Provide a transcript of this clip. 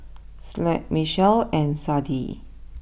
Slade Michell and Sadie